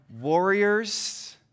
Warriors